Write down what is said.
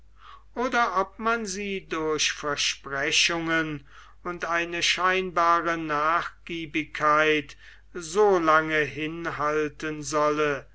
oder ob man sie durch versprechungen und eine scheinbare nachgiebigkeit so lange hinhalten solle